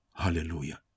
Hallelujah